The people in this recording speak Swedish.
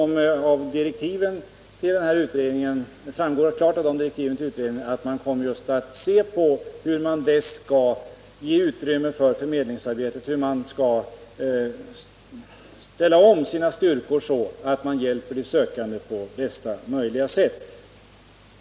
Men det framgår klart av direktiven till utredningen att man just avser att undersöka hur man bäst kan ge utrymme åt förmedlingsarbetet och hur man skall omfördela sina styrkor för att kunna ge de arbetssökande bästa möjliga hjälp.